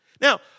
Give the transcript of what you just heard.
Now